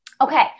Okay